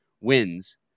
wins